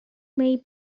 may